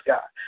God